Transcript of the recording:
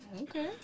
Okay